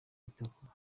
itukura